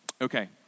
Okay